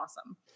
awesome